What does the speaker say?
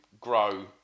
grow